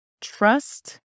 trust